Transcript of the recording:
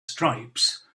stripes